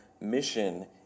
mission